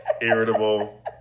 irritable